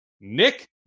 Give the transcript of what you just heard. Nick